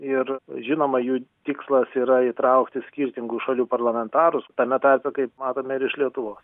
ir žinoma jų tikslas yra įtraukti skirtingų šalių parlamentarus tame tarpe kaip matome ir iš lietuvos